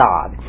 God